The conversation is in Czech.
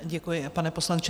Děkuji, pane poslanče.